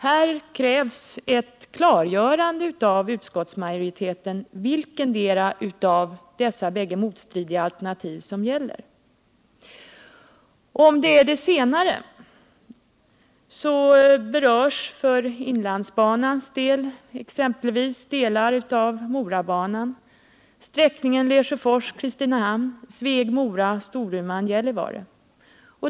Här krävs ett klargörande av utskottsmajoriteten: Vilketdera av dessa bägge motstridiga alternativ är det som gäller? Om det är det senare, så berörs på inlandsbanan exempelvis delar av Morabanan och sträckningarna Lesjöfors-Kristinehamn, Sveg-Mora och Storuman-Gällivare.